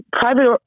private